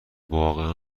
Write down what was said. واقعا